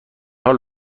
حال